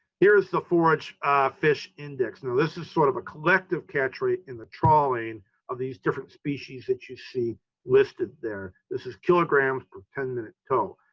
here's the forage fish index. now this is sort of a collective catch rate in the trawling of these different species that you see listed there. this is kilogram per ten minutes tow.